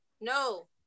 No